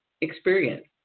experience